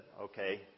okay